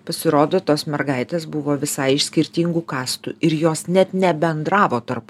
pasirodo tos mergaitės buvo visai iš skirtingų kastų ir jos net nebendravo tarp